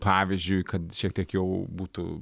pavyzdžiui kad šiek tiek jau būtų